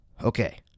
Okay